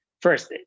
First